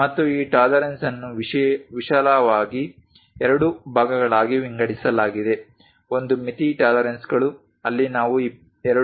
ಮತ್ತು ಈ ಟಾಲರೆನ್ಸ್ ಅನ್ನು ವಿಶಾಲವಾಗಿ ಎರಡು ಭಾಗಗಳಾಗಿ ವಿಂಗಡಿಸಲಾಗಿದೆ ಒಂದು ಮಿತಿ ಟಾಲರೆನ್ಸ್ಗಳು ಅಲ್ಲಿ ನಾವು 2